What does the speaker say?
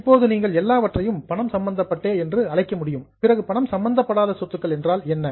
இப்போது நீங்கள் எல்லாவற்றையும் பணம் சம்பந்தப்பட்ட என்றே அழைக்க முடியும் பிறகு பணம் சம்பந்தப்படாத சொத்துக்கள் என்றால் என்ன